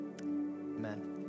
amen